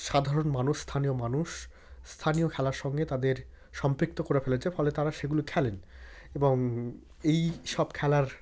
সাধারণ মানুষ স্থানীয় মানুষ স্থানীয় খেলার সঙ্গে তাদের সম্পৃক্ত করে ফেলেছে ফলে তারা সেগুলো খেলেন এবং এইসব খেলার